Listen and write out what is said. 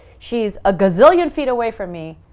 she's a gazillion feet away from me,